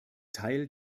teil